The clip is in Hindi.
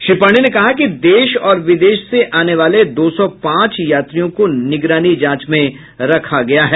उन्होंने कहा कि देश और विदेश से आने वाले दो सौ पांच यात्रियों को निगरानी जांच में रखा गया है